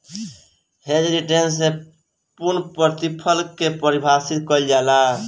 hedge return से पूर्णप्रतिफल के पारिभाषित कईल गईल बाटे